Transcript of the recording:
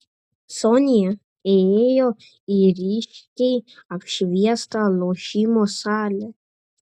sonia įėjo į ryškiai apšviestą lošimo salę